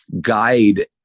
guide